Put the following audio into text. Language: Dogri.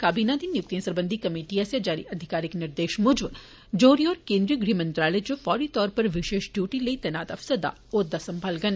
कबिना दी नियुक्तिएं सरबंधी कमेटी आस्सेया जारी अधिकारिक निर्देश मुजब जोहरी होर केन्द्रीय गृह मंत्रालय इच फौरी तौर उप्पर विशेष डियूटी लेई तैनात अफसर दा औहदा संभालङन